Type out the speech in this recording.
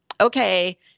okay